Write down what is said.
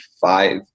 five